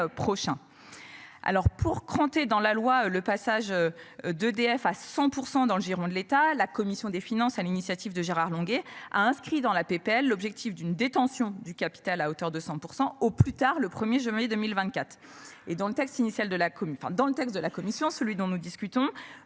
pour cranter dans la loi le passage. D'EDF à 100% dans le giron de l'État. La commission des finances à l'initiative de Gérard Longuet a inscrit dans la PPL l'objectif d'une détention du capital à hauteur de 100% au plus tard le 1er, 2024 et dans le texte initial de la commune. Enfin dans